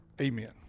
Amen